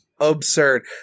absurd